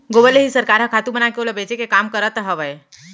गोबर ले ही सरकार ह खातू बनाके ओला बेचे के काम करत हवय